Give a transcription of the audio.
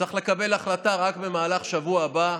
צריך לקבל החלטה רק במהלך השבוע הבא,